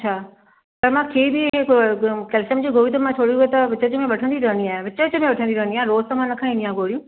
अछा त मां कहिड़ी कैल्शियम जी गोली त मां थोरी त मां विच विच में वठंदी रहंदी आहियां विच विच में वठंदी रहंदी आहियां रोज़ु त मां न खईंदी आहियां गोरियूं